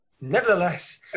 nevertheless